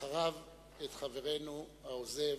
ואחריו את חברנו העוזב,